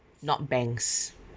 not banks